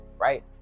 right